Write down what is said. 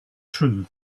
true